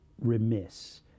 remiss